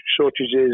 shortages